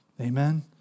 Amen